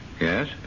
Yes